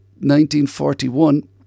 1941